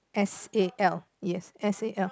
S A L yes S A L